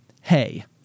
hey